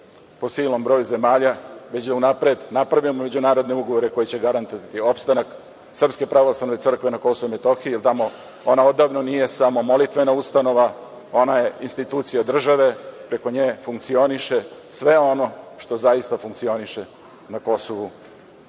po silnom broju zemalja, već da unapred napravimo međunarodne ugovore koji će garantovati opstanak Srpske pravoslavne crkve na Kosovu i Metohiji jer tamo ona odavno nije samo molitvena ustanova, ona je institucija države, preko nje funkcioniše sve ono što zaista funkcioniše na Kosovu